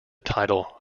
title